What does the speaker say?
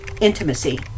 intimacy